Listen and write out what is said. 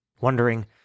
wondering